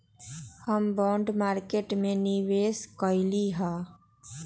हम bond market में निवेश कलियइ ह